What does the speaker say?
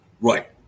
right